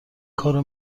کارو